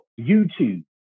YouTube